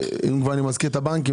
אם כבר אני מזכיר את הבנקים,